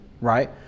Right